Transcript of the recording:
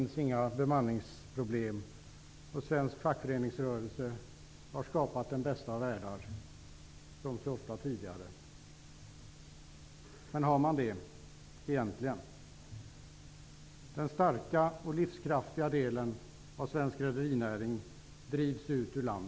Något bemanningsproblem finns inte. Svensk fackföreningsrörelse har skapat den bästa av världar, som så ofta tidigare. Men har man det -- egentligen? Den starka och livskraftiga delen av svensk rederinäring drivs ut ur landet.